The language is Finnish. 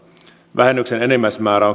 vähennyksen enimmäismäärä